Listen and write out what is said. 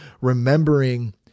remembering